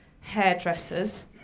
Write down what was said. hairdresser's